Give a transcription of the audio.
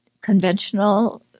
conventional